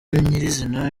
nyir’izina